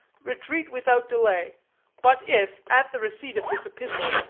retreat without delay but if, at the receipt of this epistle,